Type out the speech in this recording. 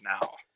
now